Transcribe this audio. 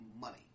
money